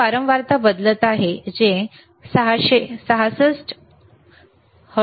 तो वारंवारता बदलत आहे जे 6666 हर्ट्झ आहे